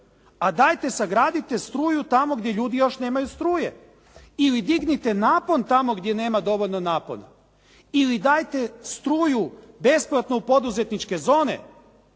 a dajte sagradite struju tamo gdje ljudi još nemaju struje. Ili dignite napon tamo gdje nema dovoljno napona ili dajte struju besplatno u poduzetničke zone